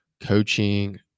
Coaching